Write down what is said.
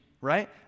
right